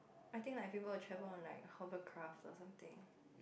I think like people will travel on like hovercraft or something